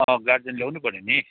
guardian ल्याउनु पऱ्यो नि